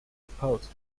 reports